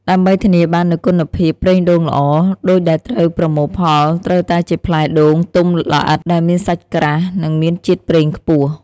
ដើម្បីធានាបាននូវគុណភាពប្រេងដូងល្អ ដូងដែលត្រូវប្រមូលផលត្រូវតែជាផ្លែដូងទុំល្អិត ដែលមានសាច់ក្រាស់ និងមានជាតិប្រេងខ្ពស់។